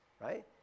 right